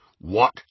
What